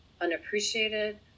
unappreciated